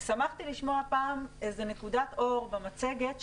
ושמחתי לשמוע הפעם איזו נקודת אור במצגת,